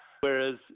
Whereas